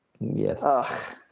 Yes